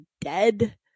dead